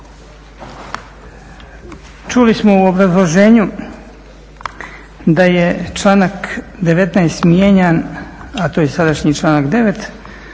Čuli smo u obrazloženju da je članak 19. mijenjan, a to je sadašnji članak 9.,